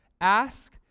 Ask